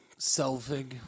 Selvig